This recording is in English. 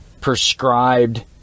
prescribed